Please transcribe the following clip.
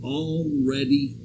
already